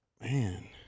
man